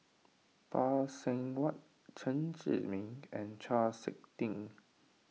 Phay Seng Whatt Chen Zhiming and Chau Sik Ting